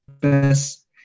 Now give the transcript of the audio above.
best